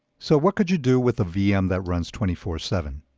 so what could you do with a vm that runs twenty four seven?